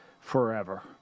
forever